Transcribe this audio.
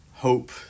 Hope